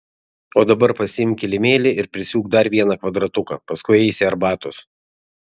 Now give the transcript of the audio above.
o dabar pasiimk kilimėlį ir prisiūk dar vieną kvadratuką paskui eisi arbatos